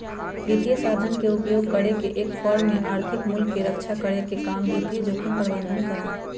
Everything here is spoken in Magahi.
वित्तीय साधन के उपयोग करके एक फर्म में आर्थिक मूल्य के रक्षा करे के काम वित्तीय जोखिम प्रबंधन करा हई